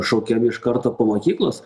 šaukiami iš karto po mokyklos